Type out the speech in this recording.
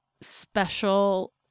special